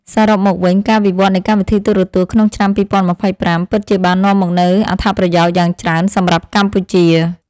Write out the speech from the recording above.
សរុបមកវិញ ការវិវត្តនៃកម្មវិធីទូរទស្សន៍ក្នុងឆ្នាំ ២០២៥ ពិតជាបាននាំមកនូវអត្ថប្រយោជន៍យ៉ាងច្រើនសម្រាប់កម្ពុជា។